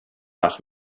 ask